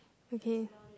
okay